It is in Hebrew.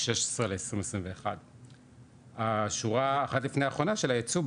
2016 ל- 2021. השורה אחת לפני האחרונה של הייצוא,